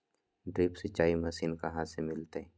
Drip सिंचाई machine कहाँ से मिलतै?